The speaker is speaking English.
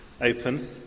open